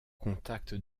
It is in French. contacts